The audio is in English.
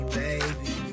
baby